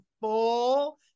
full